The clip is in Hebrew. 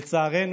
לצערנו,